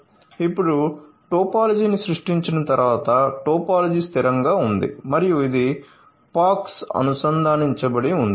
ఇప్పుడు టోపోలాజీని సృష్టించిన తరువాత టోపోలాజీ స్థిరంగా ఉంది మరియు ఇదిPOXఅనుసంధానించబడి ఉంది